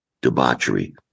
debauchery